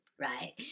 right